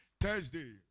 Thursday